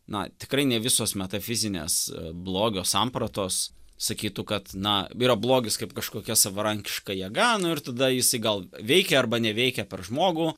na tikrai ne visos metafizinės blogio sampratos sakytų kad na yra blogis kaip kažkokia savarankiška jėga nu ir tada jisai gal veikia arba neveikia per žmogų